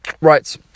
Right